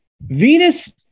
Venus